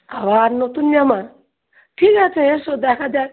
আবার নতুন জামা ঠিক আছে এসো দেখা যাক